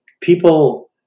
people